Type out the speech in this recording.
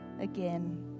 again